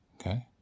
Okay